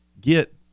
get